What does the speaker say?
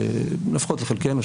לפחות לחלקנו,